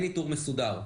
אין ניתור מסודר.